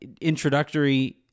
introductory